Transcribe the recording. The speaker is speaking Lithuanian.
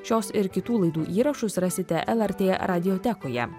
šios ir kitų laidų įrašus rasite lrt radijotekoje